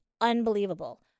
unbelievable